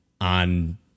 on